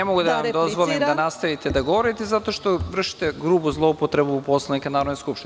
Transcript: Ne mogu da dozvolim da nastavite da govorite zato što vršite grubu zloupotrebu Poslovnika Narodne skupštine.